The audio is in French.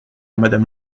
madame